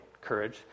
courage